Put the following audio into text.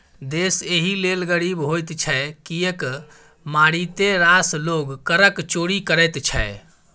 देश एहि लेल गरीब होइत छै किएक मारिते रास लोग करक चोरि करैत छै